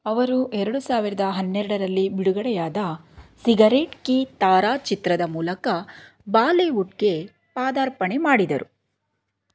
ಅವರು ಎರಡು ಸಾವಿರದ ಹನ್ನೆರಡರಲ್ಲಿ ಬಿಡುಗಡೆಯಾದ ಸಿಗರೇಟ್ ಕಿ ತಾರಾ ಚಿತ್ರದ ಮೂಲಕ ಬಾಲಿವುಡ್ಗೆ ಪಾದಾರ್ಪಣೆ ಮಾಡಿದರು